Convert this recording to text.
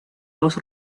dos